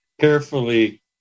carefully